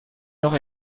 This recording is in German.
noch